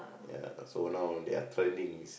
ya so now their trending is